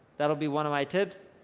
that'll be one of my tips,